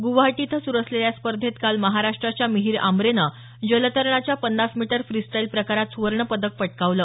गुवाहाटी इथं सुरू असलेल्या या स्पर्धेत काल महाराष्ट्राच्या मिहीर आंब्रेनं जलतरणाच्या पन्नास मीटर फ्रीस्टाईल प्रकारात सुवर्णपदक पटकावलं